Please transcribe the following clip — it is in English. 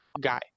guy